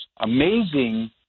amazing